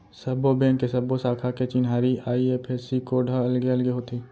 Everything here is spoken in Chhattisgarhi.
सब्बो बेंक के सब्बो साखा के चिन्हारी आई.एफ.एस.सी कोड ह अलगे अलगे होथे